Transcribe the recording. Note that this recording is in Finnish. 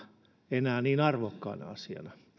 enää niin arvokkaana asiana